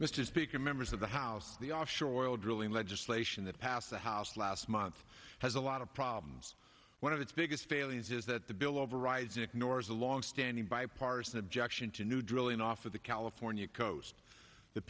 mr speaker members of the house the offshore oil drilling legislation that passed the house last month has a lot of problems one of its biggest failings is that the bill overrides ignores a long standing bipartisan objection to new drilling off of the california coast th